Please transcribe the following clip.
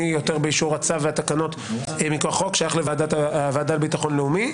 אני יותר באישור הצו והתקנות מכוח חוק שייך לוועדה לביטחון לאומי,